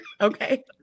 okay